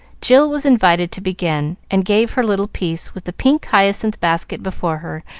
jill was invited to begin, and gave her little piece, with the pink hyacinth basket before her,